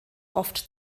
oft